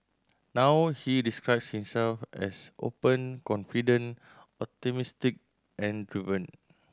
now he describes himself as open confident optimistic and driven